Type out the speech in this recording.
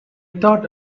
thought